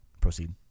Proceed